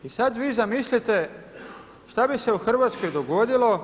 I sad vi zamislite šta bi se u Hrvatskoj dogodilo